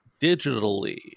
digitally